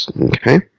Okay